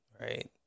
right